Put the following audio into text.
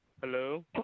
Hello